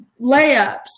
layups